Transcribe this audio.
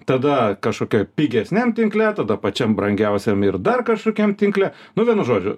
tada kažkokioj pigesniam tinkle tada pačiam brangiausiam ir dar kažkokiam tinkle nu vienu žodžiu